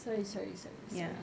sorry sorry sorry sorry